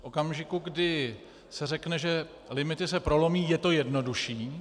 V okamžiku, kdy se řekne, že limity se prolomí, je to jednodušší.